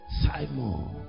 Simon